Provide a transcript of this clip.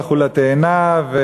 הלכו לתאנה,